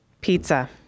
Pizza